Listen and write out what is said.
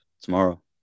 tomorrow